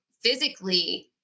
physically